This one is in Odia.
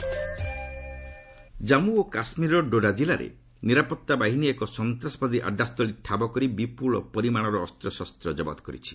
ଜେ ଆଣ୍ଡ କେ ଜାମ୍ମୁ ଓ କାଶ୍ମୀର ଡୋଡା ଜିଲ୍ଲାରେ ନିରାପତ୍ତା ବାହିନୀ ଏକ ସନ୍ତାସବାଦୀ ଆଡ୍ରା ସ୍ଥଳୀ ଠାବ କରି ବିପୁଳ ପରିମାଣର ଅସ୍ତ୍ରଶସ୍ତ ଜବତ କରିଛି